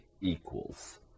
equals